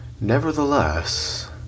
Nevertheless